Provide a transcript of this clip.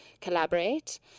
collaborate